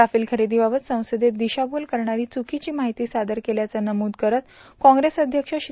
Rafale खरेदीबाबत संसदेत दिशाभूल करणारी चुकीची माहिती सादर केल्याचं नमूद करत काँग्रेस अध्यक्ष श्री